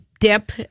dip